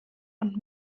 und